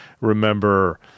remember